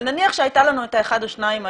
נניח שהיה לנו את האחד או שניים האלה,